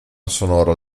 sonora